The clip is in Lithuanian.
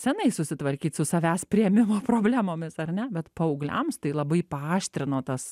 senai susitvarkyt su savęs priėmimo problemomis ar ne bet paaugliams tai labai paaštrino tas